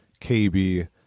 KB